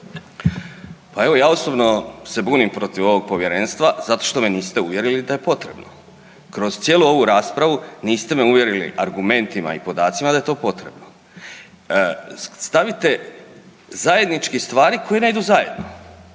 Pa evo ja osobno se bunim protiv ovog povjerenstva zato što me niste uvjerili da je potrebno. Kroz cijelu ovu raspravu niste me uvjerili argumentima i podacima da je to potrebno. Stavite zajedničke stvari koje ne idu zajedno.